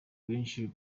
benshi